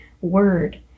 word